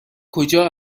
کجا